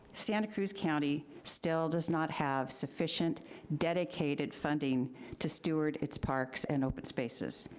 santa cruz county still does not have sufficient dedicated funding to steward its parks and open spaces.